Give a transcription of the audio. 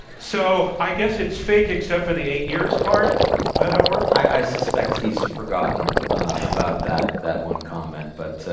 so, i guess it's fake, except for the eight years part? is that how it works? works? i suspect he's forgotten about that that one comment, but